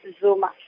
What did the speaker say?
Zuma